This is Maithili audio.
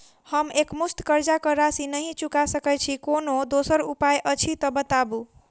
हम एकमुस्त कर्जा कऽ राशि नहि चुका सकय छी, कोनो दोसर उपाय अछि तऽ बताबु?